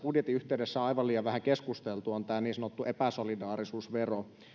budjetin yhteydessä on aivan liian vähän keskusteltu on tämä niin sanottu epäsolidaarisuusvero